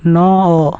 ନଅ